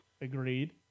Agreed